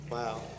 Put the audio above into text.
Wow